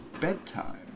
bedtime